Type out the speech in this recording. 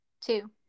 two